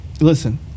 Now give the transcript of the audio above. Listen